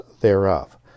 thereof